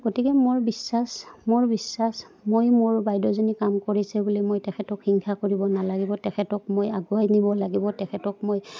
গতিকে মোৰ বিশ্বাস মোৰ বিশ্বাস মই মোৰ বাইদেজনীয়ে কাম কৰিছে বুলি মই তেখেতক হিংসা কৰিব নালাগিব তেখেতক মই আগুৱাই নিব লাগিব তেখেতক মই